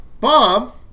Bob